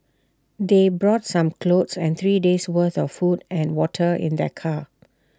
they brought some clothes and three days' worth of food and water in their car